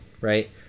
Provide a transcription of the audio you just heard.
right